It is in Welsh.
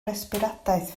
resbiradaeth